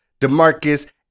Demarcus